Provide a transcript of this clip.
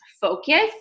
focus